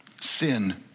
sin